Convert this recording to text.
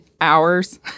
hours